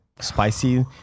spicy